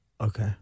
Okay